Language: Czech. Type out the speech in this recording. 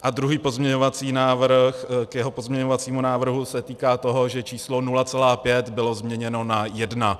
A druhý pozměňovací návrh k jeho pozměňovacímu návrhu se týká toho, že číslo 0,5 bylo změněno na 1.